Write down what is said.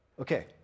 Okay